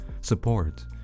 support